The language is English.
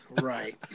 Right